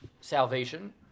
salvation